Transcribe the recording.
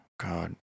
God